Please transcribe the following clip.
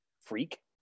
Freak